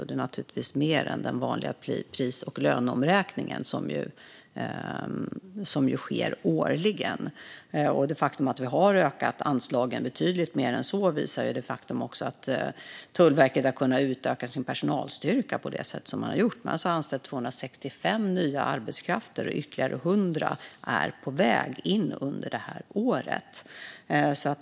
Det är naturligtvis mer än den vanliga pris och löneomräkningen, som ju sker årligen. Att vi har ökat anslagen betydligt mer än så visar ju det faktum att Tullverket har kunnat utöka sin personalstyrka på det sätt som man har gjort. Man har alltså anställt 265 nya arbetskrafter, och ytterligare 100 är på väg in under detta år.